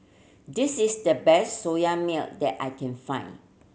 this is the best Soya Milk that I can find